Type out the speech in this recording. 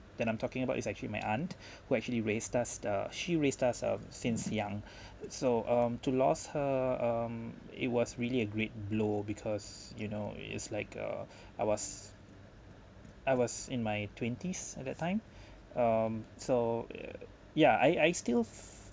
then I'm talking about it's actually my aunt who actually raised us uh she raised us uh since young so um to lost her um it was really a great blow because you know it's like uh I was I was in my twenties at that time um so ugh yeah I I still